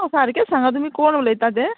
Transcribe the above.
हां सारकें सांगा तुमी कोण उलयता तें